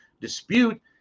dispute